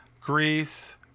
Greece